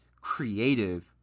creative